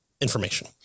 information